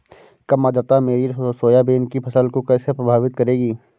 कम आर्द्रता मेरी सोयाबीन की फसल को कैसे प्रभावित करेगी?